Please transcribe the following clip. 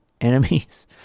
enemies